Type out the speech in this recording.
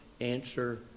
answer